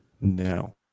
No